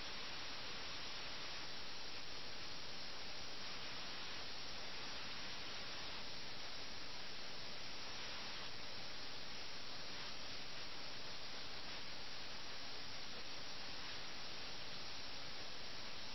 അതിനാൽ നദിയുടെ തീരത്ത് കളി തുടരുന്നു അവർ ഈ ചെസ്സ് കളിക്കുമ്പോൾ നഗരത്തിൽ നടക്കുന്ന രാഷ്ട്രീയ പ്രക്ഷുബ്ധതയോടുള്ള അവരുടെ താൽപ്പര്യം ചെസ്സിലെ ഭാഗ്യവുമായി ബന്ധപ്പെട്ടിരിക്കുന്നു എന്നത് വളരെ പ്രധാനമാണ്